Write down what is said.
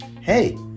hey